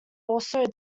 also